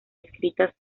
escritas